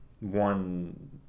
one